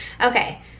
okay